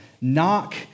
Knock